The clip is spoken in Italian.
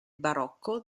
barocco